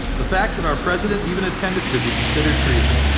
the fact that our president even attended should be considered treason.